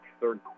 third